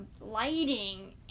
lighting